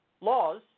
laws